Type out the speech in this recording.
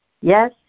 Yes